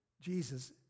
Jesus